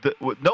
no